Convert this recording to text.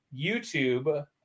youtube